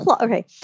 Okay